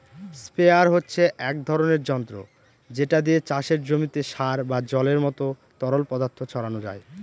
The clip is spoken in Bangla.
স্প্রেয়ার হচ্ছে এক ধরণের যন্ত্র যেটা দিয়ে চাষের জমিতে সার বা জলের মত তরল পদার্থ ছড়ানো যায়